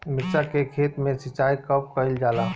मिर्चा के खेत में सिचाई कब कइल जाला?